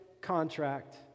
contract